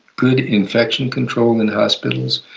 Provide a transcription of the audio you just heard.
good infection control in hospitals,